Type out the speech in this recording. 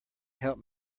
help